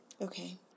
Okay